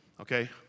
Okay